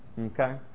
Okay